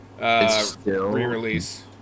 re-release